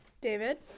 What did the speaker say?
David